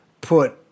put